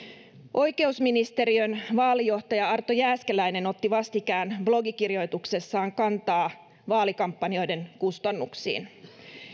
oikeusministeriön vaalijohtaja arto jääskeläinen otti vastikään blogikirjoituksessaan kantaa vaalikampanjoiden kustannuksiin